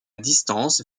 distance